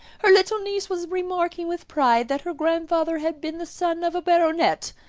her little niece was remarking with pride that her grandfather had been the son of a baronet,